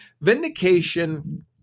vindication